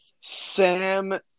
Sam